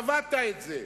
קבעת את זה,